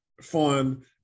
fun